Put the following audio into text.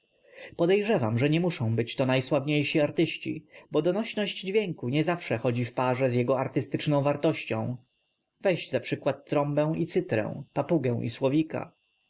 podejrzywam że nie muszą to być najsławniejsi artyści bo donośność dźwięku nie zawsze chodzi w parze z jego artystyczną wartością weź za przykład trąbę i cytrę papugę i słowika